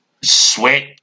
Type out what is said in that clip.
sweat